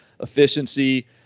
efficiency